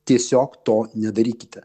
tiesiog to nedarykite